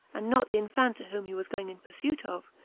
and not the infanta whom he was going in pursuit of,